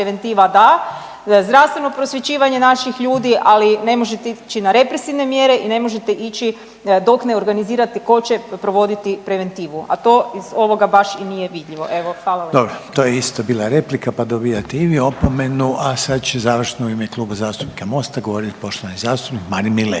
zdravstveno prosvjećivanje naših ljudi, ali ne možete ići na represivne mjere i ne možete ići dok ne organizirate tko će provoditi preventivu, a to iz ovoga baš i nije vidljivo. Evo, hvala vam lijepo. **Reiner, Željko (HDZ)** Dobro. To je isto bila replika pa dobivate i vi opomenu, a sad će završno u ime Kluba zastupnika Mosta govoriti poštovani zastupnik Marin Miletić,